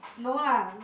no lah